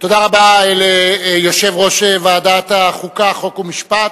תודה רבה ליושב-ראש ועדת החוקה, חוק ומשפט.